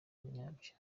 nyabyo